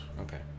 Okay